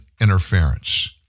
interference